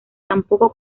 tampoco